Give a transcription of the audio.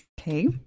Okay